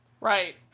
Right